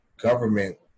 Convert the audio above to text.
government